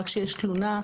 כשרק יש תלונה,